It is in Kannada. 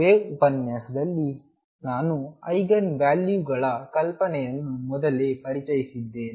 ವೇವ್ ಉಪನ್ಯಾಸದಲ್ಲಿ ನಾನು ಐಗನ್ ವ್ಯಾಲ್ಯೂಗಳ ಕಲ್ಪನೆಯನ್ನು ಮೊದಲೇ ಪರಿಚಯಿಸಿದ್ದೇನೆ